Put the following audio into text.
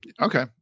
okay